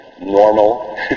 normal